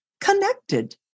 connected